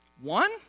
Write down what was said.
One